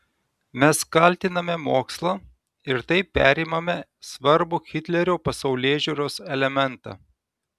mes kaltiname mokslą ir taip perimame svarbų hitlerio pasaulėžiūros elementą